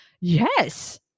Yes